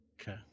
okay